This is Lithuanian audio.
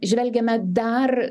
žvelgiame dar